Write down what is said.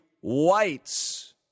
whites